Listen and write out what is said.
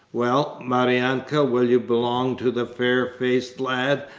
well, maryanka, will you belong to the fair-faced lad,